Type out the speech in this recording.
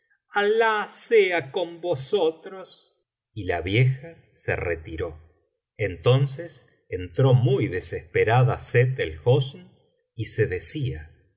alafa sea con vosotros y la vieja se retiró entonces entró muy desesperada sett el hosn y se decía